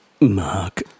Mark